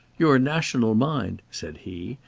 your national mind, said he,